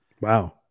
wow